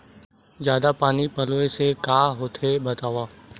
जादा पानी पलोय से का होथे बतावव?